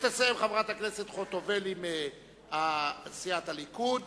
תסיים חברת הכנסת ציפי חוטובלי מסיעת הליכוד,